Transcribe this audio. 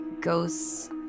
ghosts